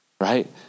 right